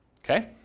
Okay